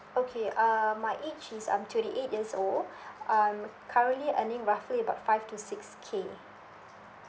okay uh my age is I'm twenty eight years old I'm currently earning roughly about five to six K